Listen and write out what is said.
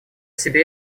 себе